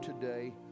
today